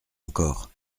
encore